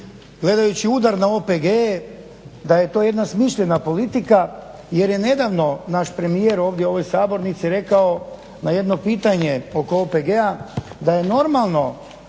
gledajući udar na OPG-e da je to jedna smišljena politika, jer je nedavno naš premijer ovdje u ovoj sabornici rekao na jedno pitanje oko OPG-a da je normalno